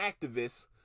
activists